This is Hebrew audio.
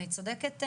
אני צודקת?